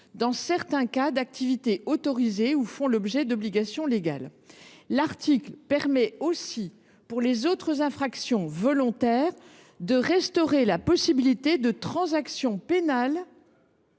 dans certains cas d’activités autorisées ou font l’objet d’obligations légales. L’article 13 vise également, pour les infractions volontaires, à restaurer la possibilité de transactions pénales